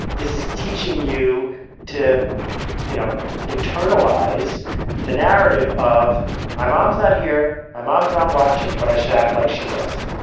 this is teaching you to you know internalize the narrative of my mom's not here, my mom's not watching but i should act like she was.